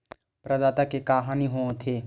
प्रदाता के का हानि हो थे?